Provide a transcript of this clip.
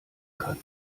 kann